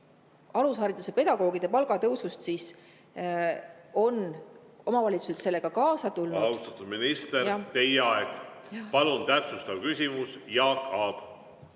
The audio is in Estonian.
alushariduse pedagoogide palga tõusust, siis on omavalitsused sellega kaasa tulnud ... Austatud minister, teie aeg! Palun täpsustav küsimus, Jaak Aab!